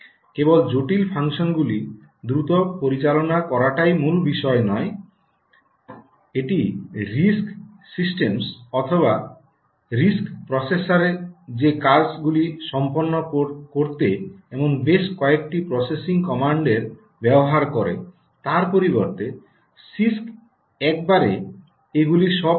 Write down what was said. কেবল জটিল ফাংশনগুলি দ্রুত পরিচালনা করাটাই মূল বিষয় নয় এটি আরআইএসসি সিস্টেমস অথবা আরআইএসসি প্রসেসর যে কাজগুলো সম্পন্ন করতে এমন বেশ কয়েকটি প্রসেসিং কমান্ডের ব্যবহার করে তার পরিবর্তে সিআইএসসি একবারে এগুলি সব করতে পারে